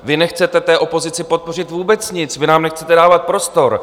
Vy nechcete opozici podpořit vůbec nic, vy nám nechcete dávat prostor.